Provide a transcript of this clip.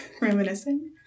Reminiscing